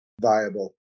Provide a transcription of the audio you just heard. viable